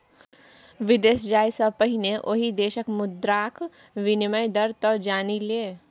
विदेश जाय सँ पहिने ओहि देशक मुद्राक विनिमय दर तँ जानि ले